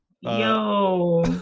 Yo